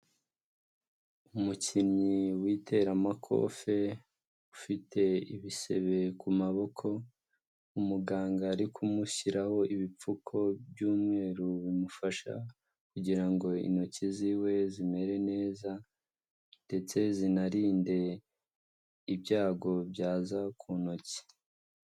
Umukinnyi w'iteramakofe ufite ibisebe ku maboko, umuganga ari kumushyiraho ibipfuko by'umweru bimufasha kugira ngo intoki ziwe zimere neza ndetse zinarinde ibyago byaza ku ntoki.